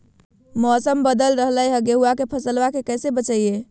मौसम बदल रहलै है गेहूँआ के फसलबा के कैसे बचैये?